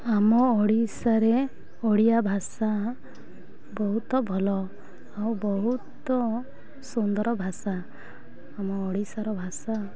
ଆମ ଓଡ଼ିଶାରେ ଓଡ଼ିଆ ଭାଷା ବହୁତ ଭଲ ଆଉ ବହୁତ ସୁନ୍ଦର ଭାଷା ଆମ ଓଡ଼ିଶାର ଭାଷା